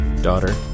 daughter